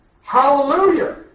Hallelujah